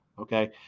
Okay